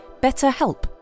BetterHelp